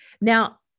now